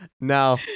Now